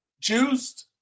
juiced